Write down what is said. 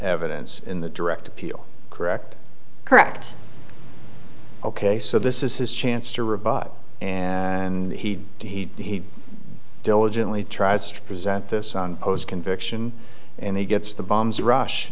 evidence in the direct appeal correct correct ok so this is his chance to revive and he he he diligently tries to present this conviction and he gets the bombs rush